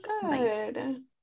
good